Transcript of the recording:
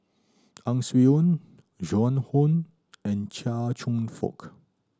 Ang Swee Aun Joan Hon and Chia Cheong Fook